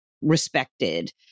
respected